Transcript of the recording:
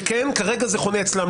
שכן כרגע זה חונה אצלם,